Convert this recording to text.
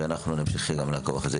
ואנחנו נמשיך גם לעקוב אחרי זה.